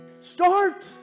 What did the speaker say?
Start